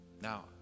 Now